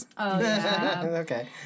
Okay